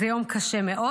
זה יום קשה מאוד.